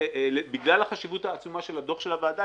ובגלל החשיבות העצומה של הדוח של הוועדה,